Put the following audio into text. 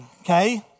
okay